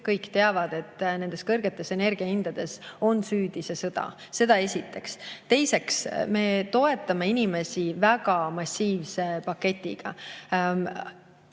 teavad, et kõrgetes energia hindades on süüdi see sõda. Seda esiteks. Teiseks, me toetame inimesi väga massiivse paketiga.